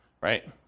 right